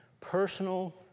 Personal